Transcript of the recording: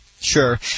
Sure